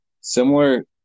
similar –